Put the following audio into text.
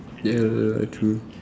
ya ya ya true